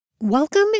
Welcome